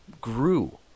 grew